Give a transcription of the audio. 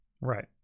Right